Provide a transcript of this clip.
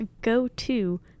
go-to